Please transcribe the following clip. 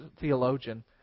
theologian